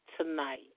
tonight